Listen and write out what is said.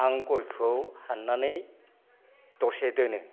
आं गयखौ हाननानै दसे दोनो